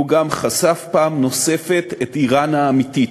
הוא גם חשף פעם נוספת את איראן האמיתית.